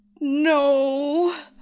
no